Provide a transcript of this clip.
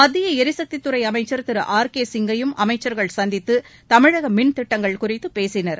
மத்திய எரிசக்தித்துறை அமைச்சர் திரு ஆர் கே சிங்கையும் அமைச்சர்கள் சந்தித்து தமிழக மின்திட்டங்கள் குறித்து பேசினர்